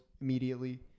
immediately